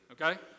okay